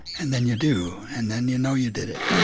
and then you do. and then you know you did it.